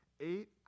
eight